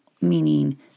meaning